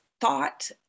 thought